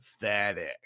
pathetic